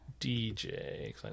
DJ